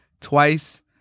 twice